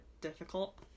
difficult